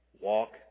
Walk